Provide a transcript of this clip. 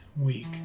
week